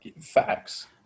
Facts